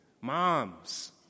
Moms